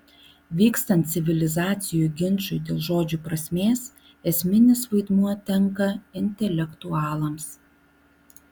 vykstant civilizacijų ginčui dėl žodžių prasmės esminis vaidmuo tenka intelektualams